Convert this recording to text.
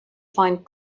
find